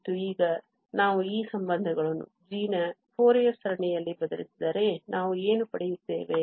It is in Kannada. ಮತ್ತು ಈಗ ನಾವು ಈ ಸಂಬಂಧಗಳನ್ನು g ನ ಫೋರಿಯರ್ ಸರಣಿಯಲ್ಲಿ ಬದಲಿಸಿದರೆ ನಾವು ಏನು ಪಡೆಯುತ್ತೇವೆ